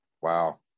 Wow